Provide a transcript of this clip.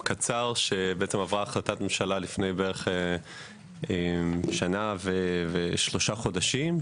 החלטת ממשלה עברה לפני בערך שנה ושלושה חודשים,